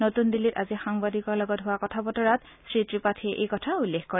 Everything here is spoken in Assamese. নতুন দিল্লীত আজি সাংবাদিকৰ লগত হোৱা কথাবতৰাত শ্ৰীত্ৰিপাঠিয়ে এই কথা উল্লেখ কৰে